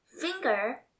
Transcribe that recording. finger